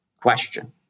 question